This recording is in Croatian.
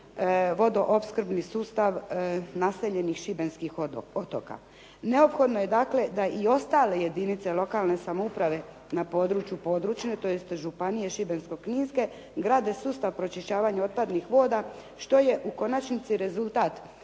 vodoopskrbni sustav naseljenih Šibenskih otoka. Neophodno je dakle da i ostale jedince lokalne samouprave na području tj. Šibensko-kninske grade sustav pročišćavanja otpadnih voda što je u konačnici rezultat